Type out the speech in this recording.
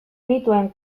nituen